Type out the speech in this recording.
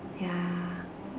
ya